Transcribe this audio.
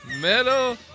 Middle